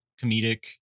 comedic